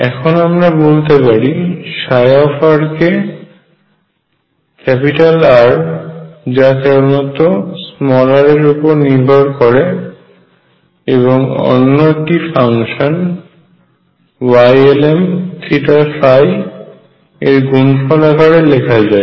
এখন আমরা বলতে পারি r কে R যা কেবলমাত্র r এর উপর নির্ভর করে এবং অন্য একটি ফাংশন Ylmθϕ এর গুণফল আকারে লেখা যায়